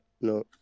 no